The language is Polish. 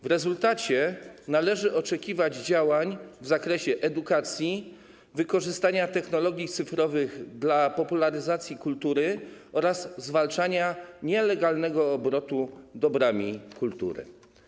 W rezultacie należy oczekiwać działań w zakresie edukacji, wykorzystania technologii cyfrowych dla popularyzacji kultury oraz zwalczania nielegalnego obrotu dobrami kultury.